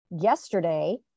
yesterday